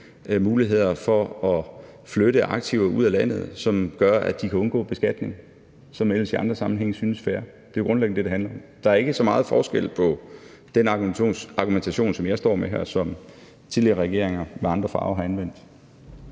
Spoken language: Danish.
mulighederne for at flytte aktiver ud af landet, som gør, at de kan undgå beskatning, hvad der ellers i andre sammenhænge synes fair. Det er jo grundlæggende det, det handler om. Der er ikke så meget forskel på den argumentation, som jeg kommer med her, og den argumentation, som tidligere regeringer med andre farver har anvendt.